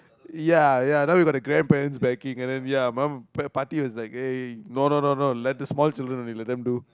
ya ya now we got the grandparents backing and then ya my mum party was like eh no no no let the small children only let them do